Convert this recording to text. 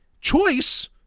Choice